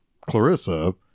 Clarissa